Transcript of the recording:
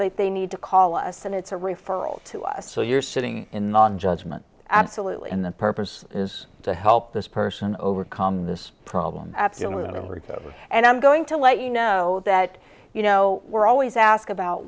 they think need to call us and it's a referral to us so you're sitting in judgment absolutely and the purpose is to help this person overcome this problem absolutely and i'm going to let you know that you know we're always ask about